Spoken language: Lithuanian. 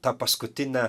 tą paskutinę